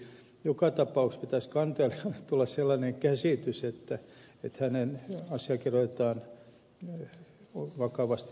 eli joka tapauksessa pitäisi kantelijalle tulla sellainen käsitys että hänen asiansa otetaan vakavasti